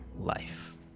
life